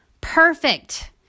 Perfect